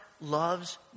loves